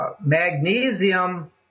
Magnesium